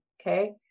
okay